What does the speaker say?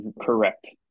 Correct